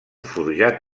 forjat